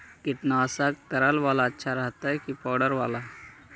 कीटनाशक तरल बाला अच्छा रहतै कि पाउडर बाला?